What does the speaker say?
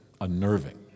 unnerving